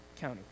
County